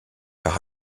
par